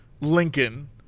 Lincoln